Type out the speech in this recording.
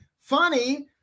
funny